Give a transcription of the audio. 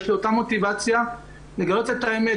יש לי אותה מוטיבציה לגלות את האמת.